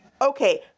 Okay